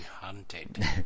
hunted